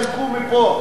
אמרו להם: תסתלקו מפה.